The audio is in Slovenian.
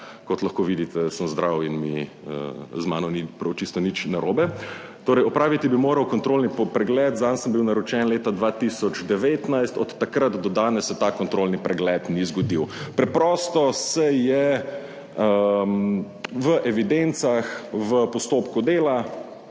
kot lahko vidite, sem zdrav in mi z mano ni prav čisto nič narobe, torej opraviti bi moral kontrolni pregled, zanj sem bil naročen leta 2019. Od takrat do danes se ta kontrolni pregled ni zgodil, preprosto se je v evidencah v postopku dela